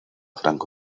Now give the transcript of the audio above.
franco